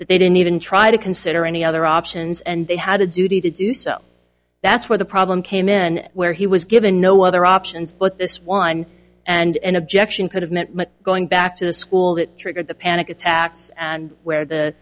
but they didn't even try to consider any other options and they had a duty to do so that's where the problem came in where he was given no other options but this wine and objection could have meant going back to the school that triggered the panic attacks and where the